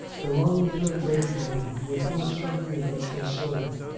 belonging to a great nobleman with whom sir hugh much consorted.